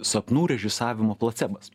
sapnų režisavimo placebas